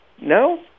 No